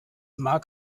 mag